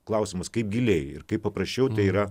klausimas kaip giliai ir kaip paprasčiau yra